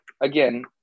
again